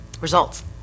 Results